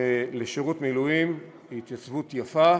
לשירות מילואים היא התייצבות יפה,